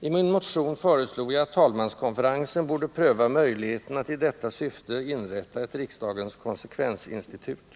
I min motion föreslog jag att talmanskonferensen borde pröva möjligheten att i detta syfte inrätta ett riksdagens konsekvensinstitut.